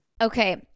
Okay